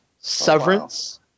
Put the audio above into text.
severance